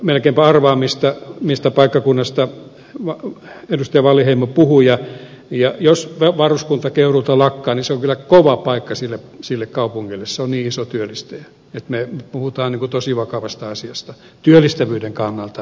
melkeinpä arvaan mistä paikkakunnasta edustaja wallinheimo puhui ja jos varuskunta keuruulta lakkaa niin se on kyllä kova paikka sille kaupungille kyseessä on niin iso työllistäjä että me puhumme tosi vakavasta asiasta työllistävyyden kannalta tässä tapauksessa